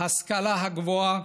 ההשכלה הגבוהה